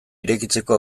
irekitzeko